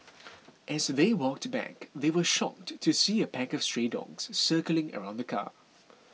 as they walked back they were shocked to see a pack of stray dogs circling around the car